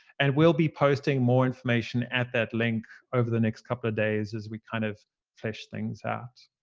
and we'll be posting more information at that link over the next couple of days as we kind of flesh things out.